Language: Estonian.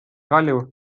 kalju